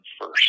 first